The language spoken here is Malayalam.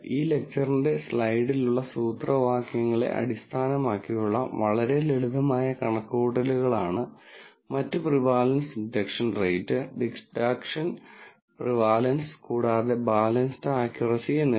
ഈ ലെക്ച്ചറിന്റെ സ്ലൈഡിലുള്ള സൂത്രവാക്യങ്ങളെ അടിസ്ഥാനമാക്കിയുള്ള വളരെ ലളിതമായ കണക്കുകൂട്ടലുകളാണ് മറ്റ് prevalence detection rate detection prevalence കൂടാതെ ബാലൻസ്ഡ് അക്ക്യൂറസി എന്നിവ